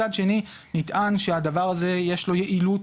מצד שני, נטען שהדבר הזה, יש לו יעילות,